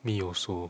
me also